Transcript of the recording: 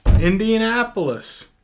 Indianapolis